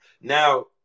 Now